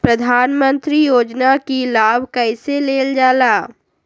प्रधानमंत्री योजना कि लाभ कइसे लेलजाला?